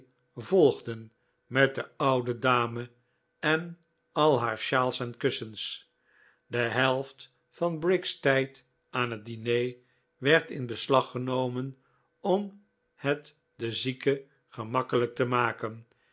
volgden met de oude dame en al haar sjaals en kussens de helft van briggs tijd aan het diner werd in beslag genomen om het de zieke gemakkelijk te maken